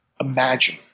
imagine